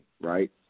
right